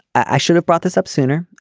i should have brought this up sooner.